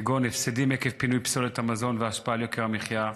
כגון הפסדים עקב פינוי פסולת המזון והשפעה על יוקר המחיה.